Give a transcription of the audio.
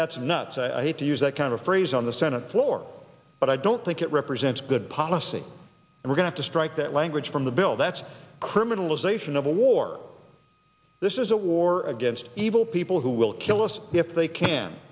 that's nuts i hate to use that kind of phrase on the senate floor but i don't think it represents good policy we're going to strike that language from the bill that's criminalization of a war this is a war against evil people who will kill us if they can